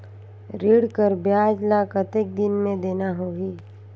ऋण कर ब्याज ला कतेक दिन मे देना होही?